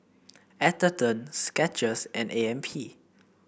Atherton Skechers and A M P